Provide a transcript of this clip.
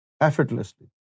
effortlessly